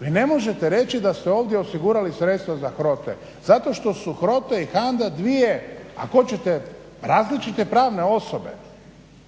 Vi ne možete reći da ste ovdje osigurali sredstva za HROTE zato što su HROTE i HANDA dvije ako hoćete različite pravne osobe